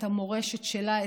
את המורשת שלה,